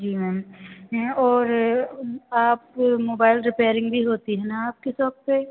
जी ma'am और आपके mobile repairing भी होती है ना आपकी सॉप पर